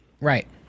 Right